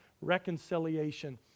reconciliation